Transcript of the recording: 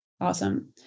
Awesome